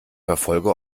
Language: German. verfolge